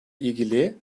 ilgili